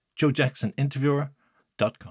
joejacksoninterviewer.com